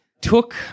took